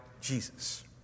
Jesus